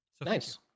Nice